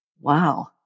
wow